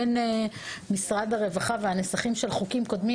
בין משרד הרווחה והניסוחים של חוקים קודמים